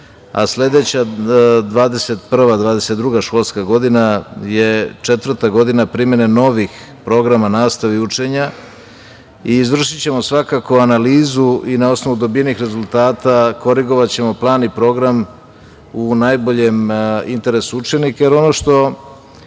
a sledeća 21/22 školska godina je četvrta godina primene novih programa nastave i učenja. Izvršićemo analizu i na osnovu dobijenih rezultata korigovaćemo plan i program u najboljem interesu učenika,